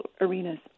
arenas